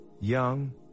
young